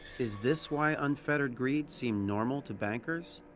is this why unfettered greed seemed normal to bankers?